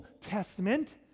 Testament